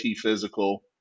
physical